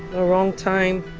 the wrong time,